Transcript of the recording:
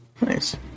Nice